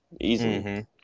easily